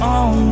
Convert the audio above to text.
on